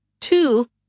two